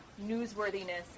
newsworthiness